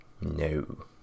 No